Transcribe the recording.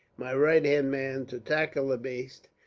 my right-hand man, to tackle the baste.